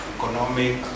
economic